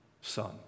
son